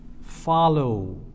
follow